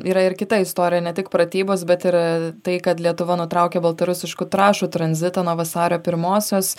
yra ir kita istorija ne tik pratybos bet ir tai kad lietuva nutraukė baltarusiškų trąšų tranzitą nuo vasario pirmosios